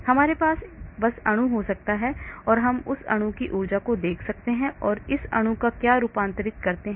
हमारे पास बस अणु हो सकता है और हम इस अणु की ऊर्जा को देख सकते हैं और इस अणु को क्या रूपांतरित करते हैं